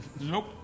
Nope